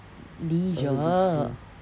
leisure